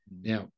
Now